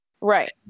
Right